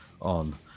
on